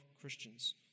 Christians